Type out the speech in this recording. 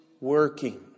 working